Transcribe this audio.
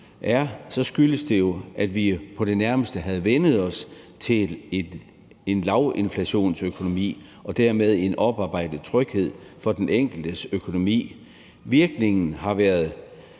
er, skyldes det jo, at vi på det nærmeste havde vænnet os til en lavinflationsøkonomi og dermed en oparbejdet tryghed for den enkeltes økonomi. Virkningen har været